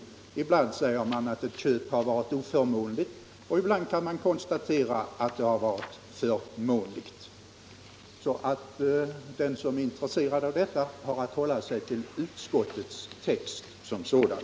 Ibland ser man att ett köp varit oförmånligt, och ibland kan man konstatera att det har varit förmånligt. Den som är intresserad av detta har att hålla sig till utskottets text som sådan.